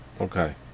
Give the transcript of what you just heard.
Okay